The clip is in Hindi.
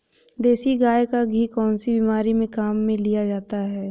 देसी गाय का घी कौनसी बीमारी में काम में लिया जाता है?